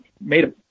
made